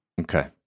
Okay